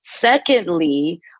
secondly